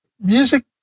music